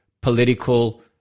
political